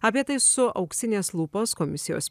apie tai su auksinės lupos komisijos